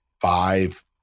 five